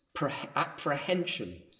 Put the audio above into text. apprehension